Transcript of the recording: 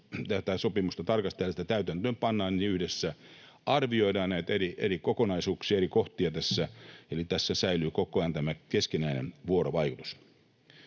tätä sopimusta tarkastellaan ja sitä täytäntöönpannaan, niin yhdessä arvioidaan näitä eri kokonaisuuksia ja eri kohtia tässä, eli tässä säilyy koko ajan tämä keskinäinen vuorovaikutus.